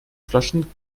flaschen